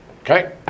Okay